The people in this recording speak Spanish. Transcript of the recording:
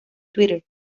twitter